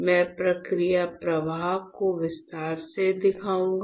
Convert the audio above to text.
मैं प्रक्रिया प्रवाह को विस्तार से दिखाऊंगा